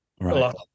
Right